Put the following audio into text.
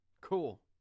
cool